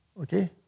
Okay